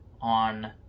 on